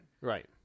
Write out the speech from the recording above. Right